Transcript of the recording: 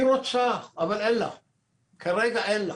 היא רוצה, אבל כרגע אין לה.